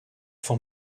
for